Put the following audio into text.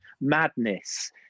madness